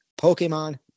Pokemon